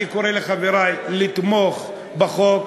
אני קורא לחברי לתמוך בחוק,